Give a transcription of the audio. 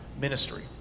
ministry